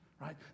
right